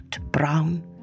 brown